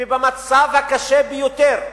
ובמצב הקשה ביותר,